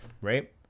Right